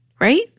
right